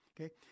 Okay